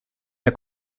der